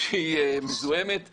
שהיא מזוהמת ומלוכלכת.